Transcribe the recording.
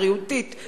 בריאותית,